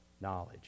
knowledge